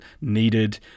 needed